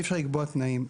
אי אפשר לקבוע תנאים.